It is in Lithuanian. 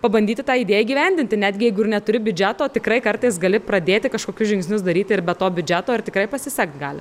pabandyti tą idėją įgyvendinti netgi jeigu ir neturi biudžeto tikrai kartais gali pradėti kažkokius žingsnius daryti ir be to biudžeto ir tikrai pasisekti gali